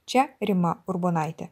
čia rima urbonaitė